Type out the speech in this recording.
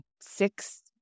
six